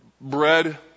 bread